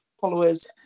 followers